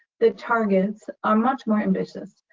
the targets are much more ambitious.